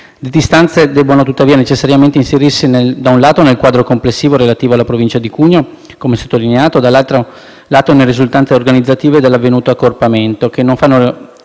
istanze debbono tuttavia necessariamente inserirsi da un lato nel quadro complessivo relativo alla Provincia di Cuneo, come sottolineato, dall'altro lato nelle risultanze organizzative dell'avvenuto accorpamento, che non fanno